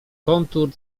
kontur